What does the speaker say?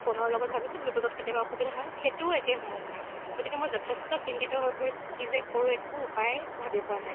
ফোনৰ লগত ভাবিছোঁ ব্লুটুথত কেতিয়াবা অসুবিধা হয় সেইটোও একেই সমস্যা গতিকে মই যথেষ্ট চিন্তিত হৈ পৰিছোঁ কি যে কৰোঁ একো উপায় ভাবি পোৱা নাই